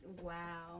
wow